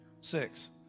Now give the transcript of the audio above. Six